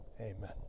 Amen